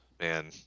man